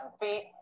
feet